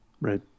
Right